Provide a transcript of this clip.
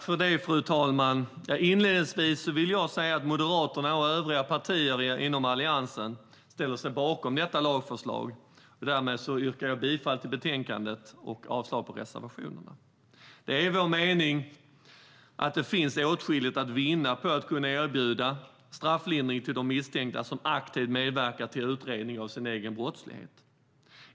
Fru talman! Inledningsvis vill jag säga att Moderaterna och övriga partier inom Alliansen ställer sig bakom detta lagförslag. Därmed yrkar jag bifall till förslaget och avslag på reservationerna. Det är vår mening att det finns åtskilligt att vinna på att kunna erbjuda strafflindring till de misstänkta som aktivt medverkar till utredning av sin egen brottslighet.